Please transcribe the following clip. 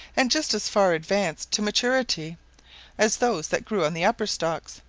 and just as far advanced to maturity as those that grew on the upper stalks,